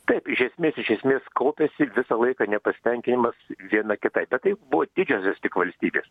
taip iš esmės iš esmės kaupėsi visą laiką nepasitenkinimas viena kitai bet tai buvo didžiosios tik valstybės